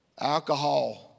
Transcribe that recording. Alcohol